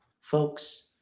folks